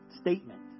statement